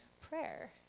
prayer